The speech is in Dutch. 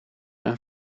een